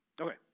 Okay